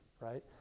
right